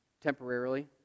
temporarily